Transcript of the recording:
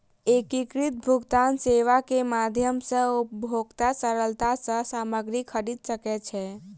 एकीकृत भुगतान सेवा के माध्यम सॅ उपभोगता सरलता सॅ सामग्री खरीद सकै छै